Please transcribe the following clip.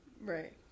Right